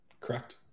correct